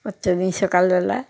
প্রত্যেকদিন সকালবেলা